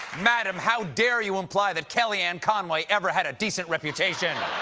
madame, how dare you imply that kellyanne conway ever had a decent reputation?